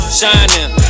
shining